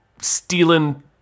stealing